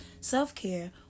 self-care